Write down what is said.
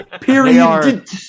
period